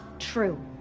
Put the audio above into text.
true